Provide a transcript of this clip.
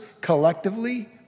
collectively